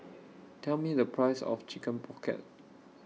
Tell Me The Price of Chicken Pocket